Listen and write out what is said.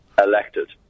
elected